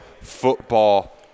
Football